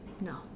No